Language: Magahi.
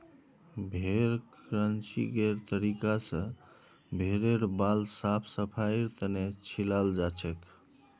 भेड़ क्रचिंगेर तरीका स भेड़ेर बाल साफ सफाईर तने छिलाल जाछेक